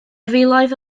filoedd